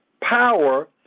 power